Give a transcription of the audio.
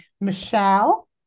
Michelle